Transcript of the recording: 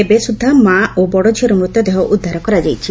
ଏବେ ସୁଦ୍ଧା ମା' ଓ ବଡ଼ ଝିଅର ମୃତଦେହ ଉଦ୍ଧାର କରାଯାଇଛି